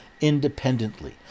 independently